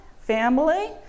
family